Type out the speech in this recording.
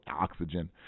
oxygen